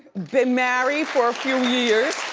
been married for a few years.